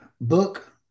book